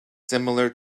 similar